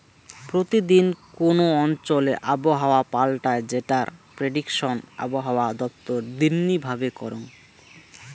প্রতি দিন কোন অঞ্চলে আবহাওয়া পাল্টায় যেটার প্রেডিকশন আবহাওয়া দপ্তর দিননি ভাবে করঙ